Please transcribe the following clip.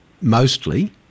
mostly